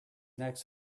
next